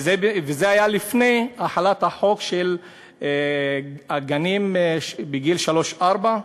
וזה היה לפני החלת החוק של הגנים לגילאי שלוש-ארבע.